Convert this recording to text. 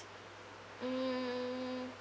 hmm